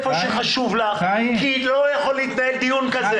כי לא יכול להתנהל דיון כזה.